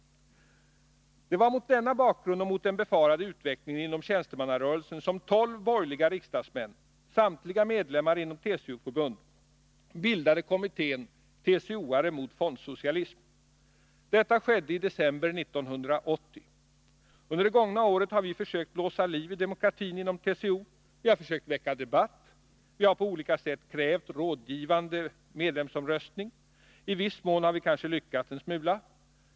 Det var mot bakgrund av detta och den befarade utvecklingen inom tjänstemannarörelsen som tolv borgerliga riksdagsmän — samtliga medlemmar av TCO-förbund — bildade kommittén ”TCO-are mot fondsocialism”. Detta skedde i december 1980. Under det gångna året har vi försökt blåsa liv i demokratin inom TCO. Vi har försökt väcka debatt. Vi har på olika sätt krävt rådgivande medlemsomröstning. I viss mån har vi kanske lyckats.